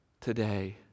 today